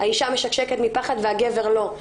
האישה משקשקת מפחד והגבר לא.